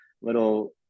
little